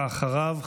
ואחריו,